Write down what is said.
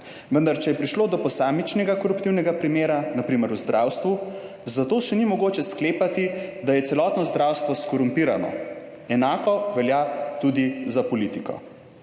vendar če je prišlo do posamičnega koruptivnega primera, na primer v zdravstvu, za to še ni mogoče sklepati, da je celotno zdravstvo skorumpirano. Enako velja tudi za politiko.«